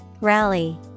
Rally